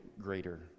greater